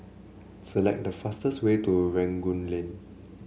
select the fastest way to Rangoon Lane